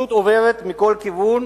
פשוט עוברת מכל כיוון,